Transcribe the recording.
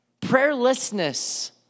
Prayerlessness